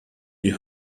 die